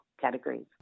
categories